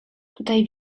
tutaj